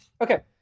Okay